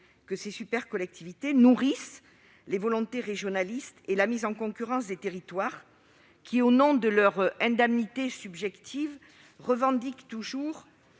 que ces super-collectivités nourrissent les volontés régionalistes et la mise en concurrence de territoires qui, au nom de leur identité subjective, revendiquent toujours